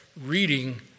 reading